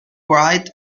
bright